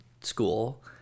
school